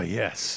yes